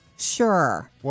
Sure